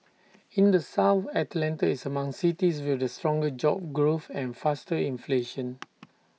in the south Atlanta is among cities with the stronger job growth and faster inflation